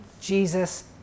jesus